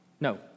No